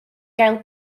gael